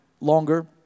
longer